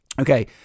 okay